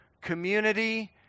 community